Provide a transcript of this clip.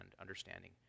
understanding